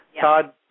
Todd